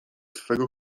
twego